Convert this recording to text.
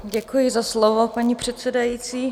Děkuji za slovo, paní předsedající.